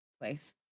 place